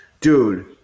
Dude